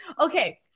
okay